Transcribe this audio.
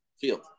field